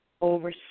over